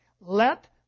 let